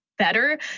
better